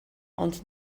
ond